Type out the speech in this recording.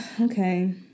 Okay